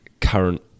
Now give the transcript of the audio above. current